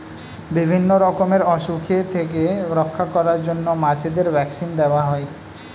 বিভিন্ন রকমের অসুখের থেকে রক্ষা করার জন্য মাছেদের ভ্যাক্সিন দেওয়া হয়